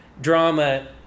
drama